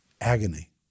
agony